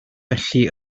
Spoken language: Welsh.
felly